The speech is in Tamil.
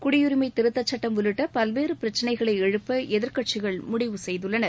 குடியரிமை திருத்த சுட்டம் உள்ளிட்ட பல்வேறு பிரச்சனைகளை எழுப்ப எதிர்க்கட்சிகள் முடிவு செய்துள்ளன